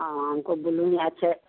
हाँ हमको ब्ल्यू में अच्छे